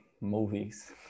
movies